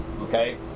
okay